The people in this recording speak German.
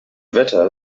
wetter